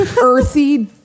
earthy